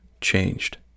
changed